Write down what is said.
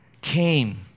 came